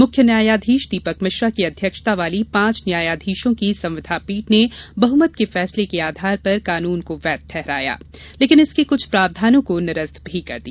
मुख्य न्यायाधीश दीपक मिश्रा की अध्यक्षता वाली पांच न्यायाधीशों की संविधान पीठ ने बहमत के फैसले में आधार कानून को वैघ ठहराया लेकिन इसके कुछ प्रावधानों को निरस्त भी कर दिया